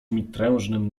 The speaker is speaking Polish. mitrężnym